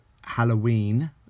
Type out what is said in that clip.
halloween